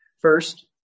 First